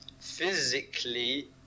physically